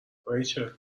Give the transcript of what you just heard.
ریچل